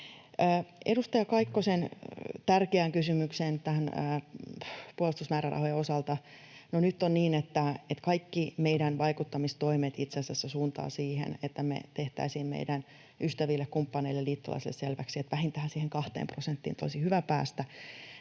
Edustaja Kaikkosen tärkeään kysymykseen puolustusmäärärahojen osalta: Nyt on niin, että kaikki meidän vaikuttamistoimet itse asiassa suuntaavat siihen, että me tehtäisiin meidän ystäville, kumppaneille ja liittolaisille selväksi, että vähintään siihen kahteen prosenttiin olisi hyvä päästä.